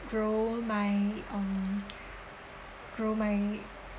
grow my um grow my